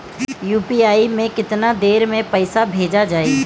UPI से केतना देर मे पईसा भेजा जाई?